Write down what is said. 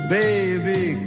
baby